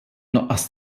nuqqas